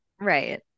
Right